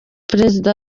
perezida